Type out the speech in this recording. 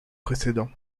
précédents